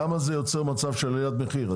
למה זה יוצר מצב של עליית מחיר?